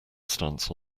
stance